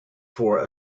for